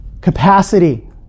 Capacity